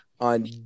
on